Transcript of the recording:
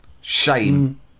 shame